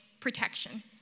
Protection